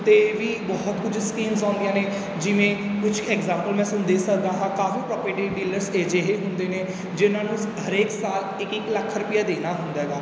'ਤੇ ਵੀ ਬਹੁਤ ਕੁਝ ਸਕੀਮਸ ਆਉਂਦੀਆਂ ਨੇ ਜਿਵੇਂ ਕੁਝ ਐਗਜਾਂਪਲ ਮੈਂ ਤੁਹਾਨੂੰ ਦੇ ਸਕਦਾ ਹਾਂ ਕਾਫ਼ੀ ਪ੍ਰੋਪਰਟੀ ਡੀਲਰ ਅਜਿਹੇ ਹੁੰਦੇ ਨੇ ਜਿਨ੍ਹਾਂ ਨੂੰ ਹਰੇਕ ਸਾਲ ਇੱਕ ਇੱਕ ਲੱਖ ਰੁਪਈਆ ਦੇਣਾ ਹੁੰਦਾ ਗਾ